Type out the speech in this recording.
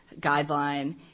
guideline